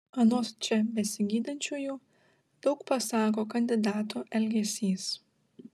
anot čia besigydančiųjų daug pasako kandidato elgesys